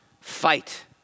fight